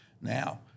now